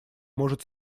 может